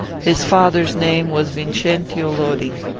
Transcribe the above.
his father's name was vincentio lodi.